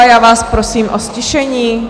Já vás prosím o ztišení.